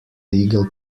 legal